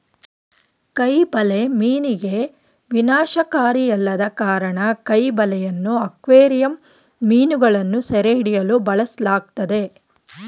ಕೈ ಬಲೆ ಮೀನಿಗೆ ವಿನಾಶಕಾರಿಯಲ್ಲದ ಕಾರಣ ಕೈ ಬಲೆಯನ್ನು ಅಕ್ವೇರಿಯಂ ಮೀನುಗಳನ್ನು ಸೆರೆಹಿಡಿಯಲು ಬಳಸಲಾಗ್ತದೆ